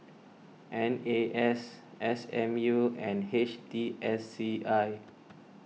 N A S S M U and H T S C I